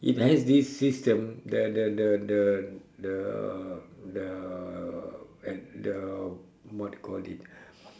it has this system the the the the the the the what do you call it